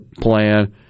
plan